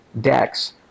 DEX